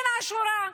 מן השורה,